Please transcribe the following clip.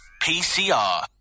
PCR